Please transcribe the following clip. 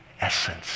essence